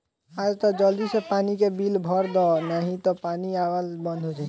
आज तअ जल्दी से पानी के बिल भर दअ नाही तअ पानी आवल बंद हो जाई